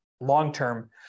long-term